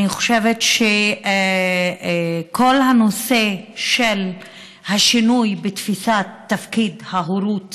אני חושבת שכל הנושא של השינוי בתפיסת תפקיד ההורות